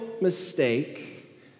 mistake